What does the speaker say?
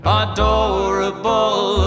adorable